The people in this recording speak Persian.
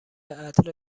عطر